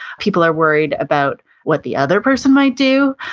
people are worried about what the other person might do.